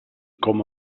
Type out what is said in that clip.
com